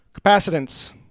capacitance